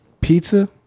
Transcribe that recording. pizza